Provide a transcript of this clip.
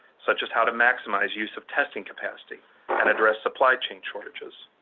such as how to maximize use of testing capacity and address supply chain shortages.